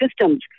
systems